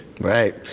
right